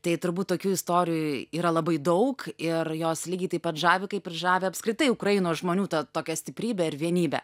tai turbūt tokių istorijų yra labai daug ir jos lygiai taip pat žavi kaip ir žavi apskritai ukrainos žmonių ta tokia stiprybė ir vienybė